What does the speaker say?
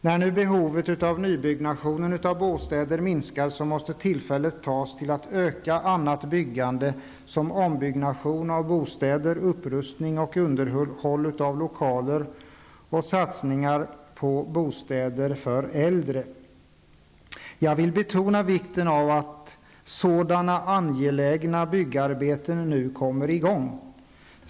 När nu behovet av byggande av bostäder minskar, måste tillfället tas att öka annat byggande, såsom ombyggnad av bostäder, upprustning och underhåll av lokaler samt satsningar på bostäder för äldre. Jag vill betona vikten av att sådana angelägna byggarbeten nu kommer i gång.